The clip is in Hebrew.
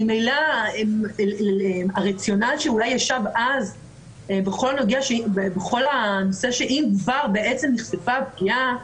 ממילא הרציונל שאולי ישב אז בכל הנושא שאם כבר נחשפה הפגיעה,